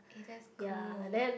okay that's cool